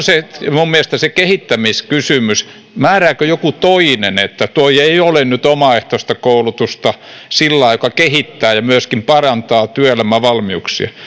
minun mielestäni se on se kehittämiskysymys määrääkö joku toinen että tuo ei nyt ole sellaista omaehtoista koulutusta joka kehittää ja myöskin parantaa työelämävalmiuksia